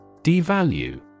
Devalue